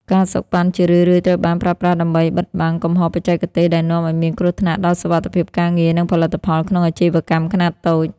ការសូកប៉ាន់ ជារឿយៗត្រូវបានប្រើប្រាស់ដើម្បីបិទបាំងកំហុសបច្ចេកទេស ដែលនាំឱ្យមានគ្រោះថ្នាក់ដល់សុវត្ថិភាពការងារ និងផលិតផលក្នុងអាជីវកម្មខ្នាតតូច។